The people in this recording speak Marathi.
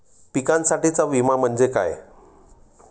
पिकांसाठीचा विमा म्हणजे काय?